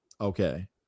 okay